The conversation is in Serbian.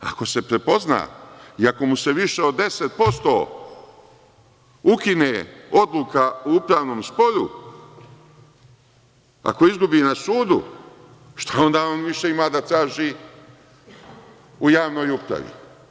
Ako se prepozna i ako mu se više od 10% ukine odluka u upravnom sporu, ako izgubi na sudu, šta onda on ima više da traži u javnoj upravi?